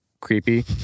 creepy